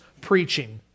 preaching